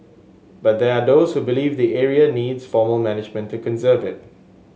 but they are those who believe the area needs formal management to conserve it